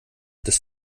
des